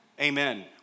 Amen